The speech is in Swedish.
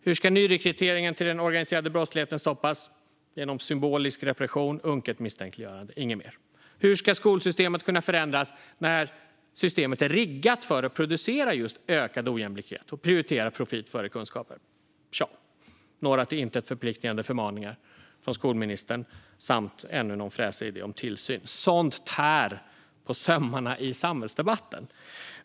Hur ska nyrekryteringen till den organiserade brottsligheten stoppas? Genom symbolisk repression och unket misstänkliggörande. Hur ska skolsystemet kunna förändras när systemet är riggat för att producera just ökad ojämlikhet och prioritera profit före kunskaper? Det kommer några till intet förpliktigande förmaningar från skolministern samt ännu någon fräsig idé om tillsyn. Sådant tär på sömmarna i samhällsdebatten.